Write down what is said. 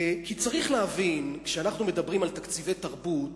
כי צריך להבין, כשאנחנו מדברים על תקציבי תרבות,